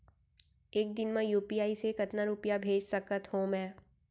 एक दिन म यू.पी.आई से कतना रुपिया भेज सकत हो मैं?